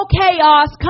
chaos